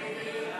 בעד?